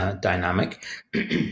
dynamic